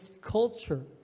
culture